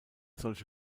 solche